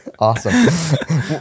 Awesome